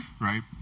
right